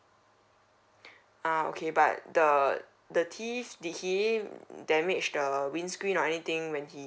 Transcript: uh okay but the the thief did he damage the windscreen or anything when he